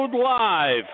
live